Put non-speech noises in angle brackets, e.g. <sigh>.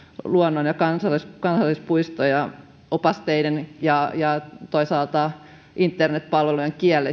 luonnon ja kansallispuistoja opasteiden ja ja toisaalta internetpalvelujen kielen <unintelligible>